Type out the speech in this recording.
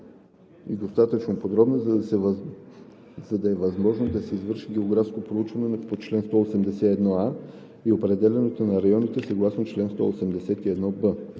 и достатъчно подробна, за да е възможно да се извърши географското проучване по чл. 181а и определянето на районите съгласно чл. 181б.